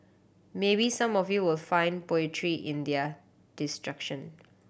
maybe some of you will find poetry in their destruction